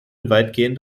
weitgehend